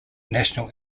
national